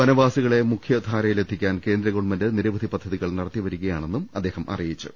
വനവാസികളെ മുഖ്യ ധാരയിലെത്തിക്കാൻ കേന്ദ്ര ഗവൺമെന്റ് നിരവധി പദ്ധതികൾ നടത്തിവരി കയാണെന്നും അദ്ദേഹം അറിയിച്ചു